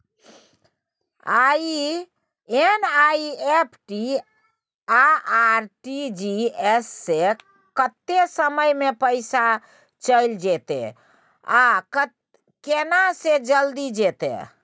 NEFT आ RTGS स कत्ते समय म पैसा चैल जेतै आ केना से जल्दी जेतै?